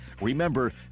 Remember